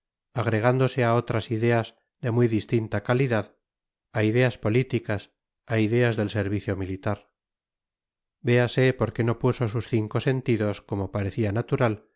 agregándose a otras ideas de muy distinta calidad a ideas políticas a ideas del servicio militar véase por qué no puso sus cinco sentidos como parecía natural